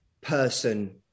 person